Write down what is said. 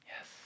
yes